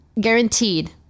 guaranteed